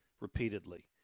repeatedly